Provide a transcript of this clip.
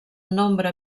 nombre